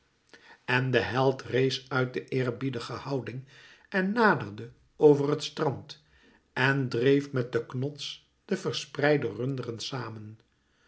en de held rees uit de eerbiedige houding en naderde over het strand en dreef met den knots de verspreide runderen samen